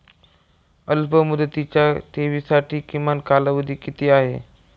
अल्पमुदतीच्या ठेवींसाठी किमान कालावधी किती आहे?